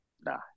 Nah